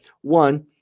One